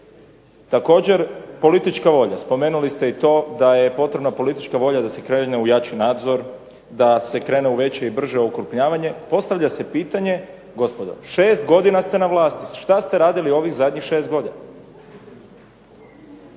Također, politička volja, spomenuli ste i to da je potrebna politička volja da se krene u jači nadzor, da se krene u veće i brže okrupnjavanje. Postavlja se pitanje, gospodo, 6 godina ste na vlasti, što ste radili ovih zadnjih 6 godina?